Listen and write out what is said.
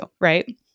right